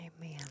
amen